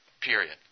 Period